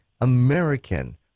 American